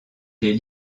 des